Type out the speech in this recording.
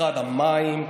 משרד המים,